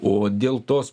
o dėl tos